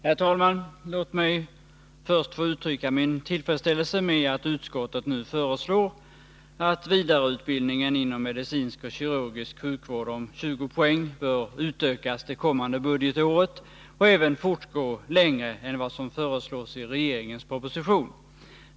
Herr talman! Låt mig först få uttrycka min tillfredsställelse med att utskottet föreslår att vidareutbildningen inom medicinsk och kirurgisk sjukvård om 20 poäng bör utökas det kommande budgetåret och även fortgå längre än vad som föreslås i regeringens proposition.